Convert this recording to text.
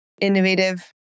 innovative